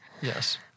Yes